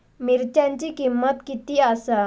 मिरच्यांची किंमत किती आसा?